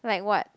like what